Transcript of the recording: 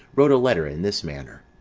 wrote a letter in this manner